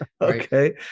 Okay